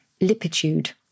lipitude